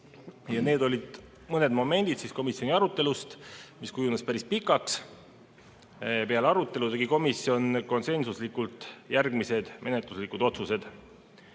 Need olid mõned momendid komisjoni arutelust, mis kujunes päris pikaks. Peale arutelu tegi komisjon konsensuslikult järgmised menetluslikud otsused: